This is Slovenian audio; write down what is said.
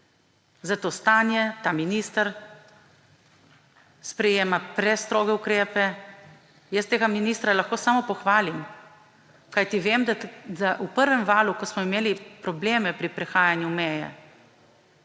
za to stanje, ta minister – sprejema prestroge ukrepe. Jaz tega ministra lahko samo pohvalim, kajti vem, da je v prvem valu, ko smo imeli probleme pri prehajanju meje,